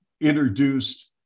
introduced